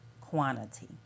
quantity